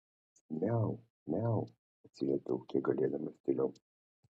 miau miau atsiliepiau kiek galėdamas tyliau